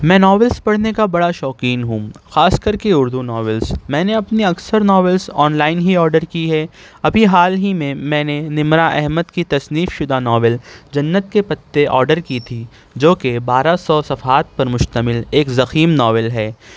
میں ناولس پڑھنے کا بڑا شوقین ہوں خاص کر کے اردو ناولس میں نے اپنی اکثر ناولس آنلائن ہی آرڈر کی ہے ابھی حال ہی میں میں نے نمرا احمد کی تصنیف شدہ ناول جنت کے پتے آرڈر کی تھی جوکہ بارہ سو صفحات پر مشتمل ایک ضخیم ناول ہے